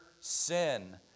sin